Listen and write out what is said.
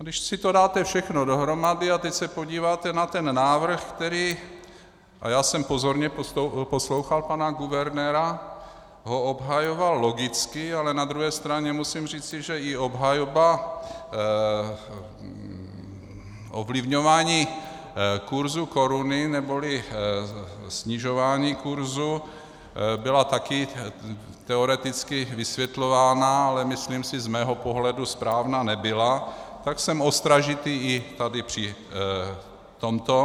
Když si to dáte všechno dohromady a teď se podíváte na ten návrh, který já jsem pozorně poslouchal pana guvernéra, obhajoval ho logicky, ale na druhé straně musím říci, že i obhajoba ovlivňování kurzu koruny neboli snižování kurzu byla taky teoreticky vysvětlována, ale myslím si, z mého pohledu správná nebyla, tak jsem ostražitý i tady při tomto.